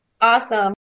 Awesome